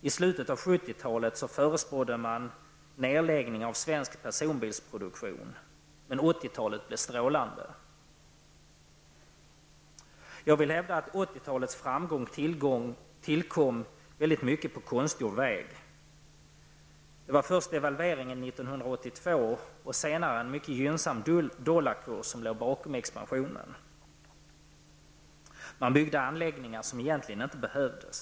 I slutet av 70-talet förutspådde man en nedläggning av svensk personbilsproduktion, men 80-talet blev ändå strålande på detta område. Jag hävdar att 80-talets framgångar till stor del tillkom på konstgjord väg. Det var först devalveringen 1982 och senare en mycket gynnsam dollarkurs som låg bakom expansionen. Man byggde anläggningar som egentligen inte behövdes.